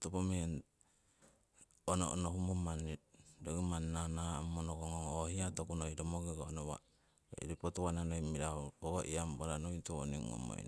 topo meng ono onohummo roki manni nanaa'mumo nokongong ho hiya tokunoi romongiko nawa' hoyori potuwana noi mirahu ho iyangpara nui tiwo ngomoi